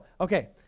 okay